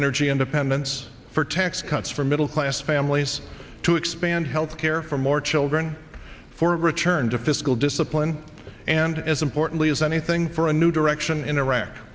energy independence for tax cuts for middle class families to expand health care for more children for a return to fiscal discipline and as importantly as anything for a new direction in iraq